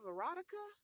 Erotica